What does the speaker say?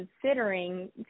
considering